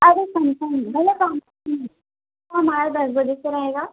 अरे कम कम भैया कम हमारा दस बजे से रहेगा